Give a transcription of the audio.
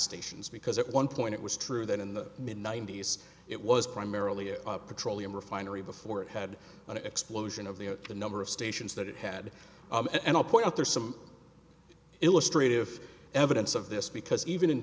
stations because it one point it was true that in the mid ninety's it was primarily a petroleum refinery before it had an explosion of the number of stations that it had and i'll point out there's some illustrated with evidence of this because even in